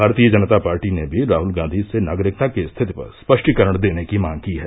भारतीय जनता पार्टी ने भी राहुल गांधी से नागरिकता की स्थिति पर स्पष्टीकरण देने की मांग की है